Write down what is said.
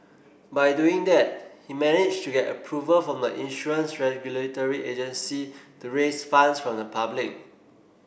by doing that he managed to get approval from the insurance regulatory agency to raise funds from the public